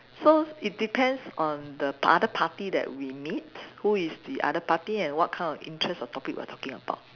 so it depends on the other party that we meet who is the other party and what kind of interest of topic we're talking about